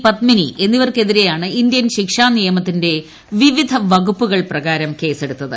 പത്മിനി എന്നിവർക്കെതിരെയാണ് ഇന്ത്യൻ ശിക്ഷാ നിയമത്തിന്റെ വിവിധ വകുപ്പുകൾ പ്രകാരം കേസെടുത്തത്